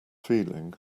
feeling